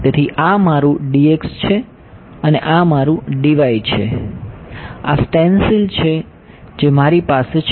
તેથી આ મારું છે અને આ મારું છે આ સ્ટેન્સિલ છે જે મારી પાસે છે